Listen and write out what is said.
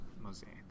mosaic